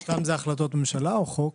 זאת החלטות ממשלה או חוק?